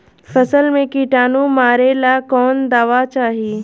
फसल में किटानु मारेला कौन दावा चाही?